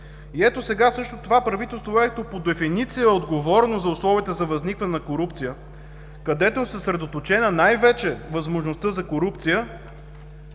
Ето сега същото това правителство, което по дефиниция е отговорно за условията за възникване на корупция, където е съсредоточена най-вече възможността за корупция,